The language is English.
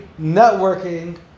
networking